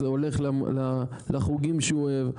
הולך לחוגים שהוא אוהב,